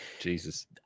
Jesus